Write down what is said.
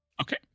Okay